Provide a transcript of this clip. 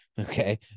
Okay